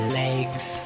legs